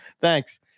Thanks